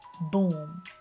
boom